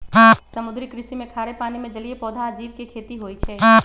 समुद्री कृषि में खारे पानी में जलीय पौधा आ जीव के खेती होई छई